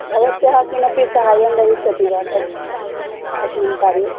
भवत्याः किमपि सहायं भविष्यति वा तत् तस्मिन् कार्ये